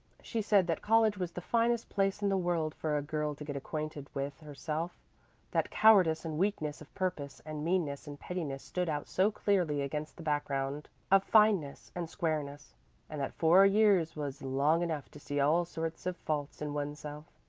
she said that college was the finest place in the world for a girl to get acquainted with herself that cowardice and weakness of purpose and meanness and pettiness stood out so clearly against the background of fineness and squareness and that four years was long enough to see all sorts of faults in oneself,